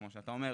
כמו שאתה אומר,